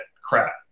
crap